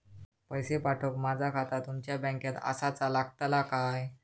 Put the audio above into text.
पैसे पाठुक माझा खाता तुमच्या बँकेत आसाचा लागताला काय?